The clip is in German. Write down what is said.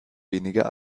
weniger